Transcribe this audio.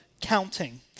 counting